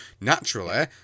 naturally